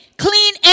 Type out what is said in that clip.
clean